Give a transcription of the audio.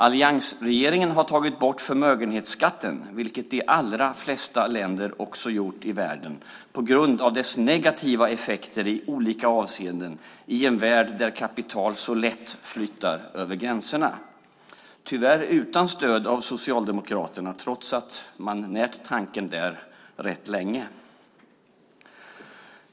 Alliansregeringen har tagit bort förmögenhetsskatten, vilket de allra flesta länder i världen också gjort på grund av dess negativa effekter i olika avseenden i en värld där kapital så lätt flyttar över gränserna. Tyvärr skedde det utan stöd av Socialdemokraterna trots att de närt tanken rätt länge.